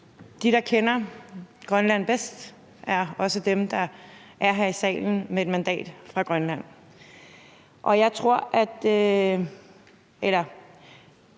de, der kender Grønland bedst, også er dem, der er her i salen med et mandat fra Grønland. Vi ved, at